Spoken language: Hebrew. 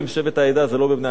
שבט "העדה" זה לא ב"בני עקיבא",